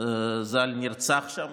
אדוני היושב-ראש,